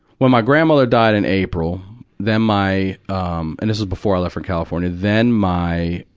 well, my grandmother died in april. then my um and this was before i left for california. then my,